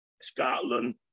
Scotland